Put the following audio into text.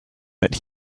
that